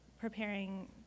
preparing